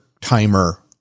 timer